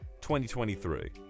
2023